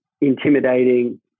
intimidating